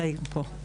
תאיר פה.